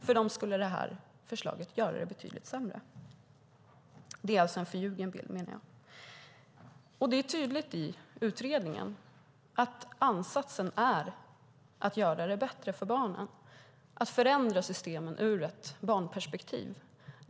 För dem skulle det här förslaget göra det betydligt sämre. Det är alltså en förljugen bild, menar jag. Det är tydligt i utredningen att ansatsen är att göra det bättre för barnen, att förändra systemen ur ett barnperspektiv.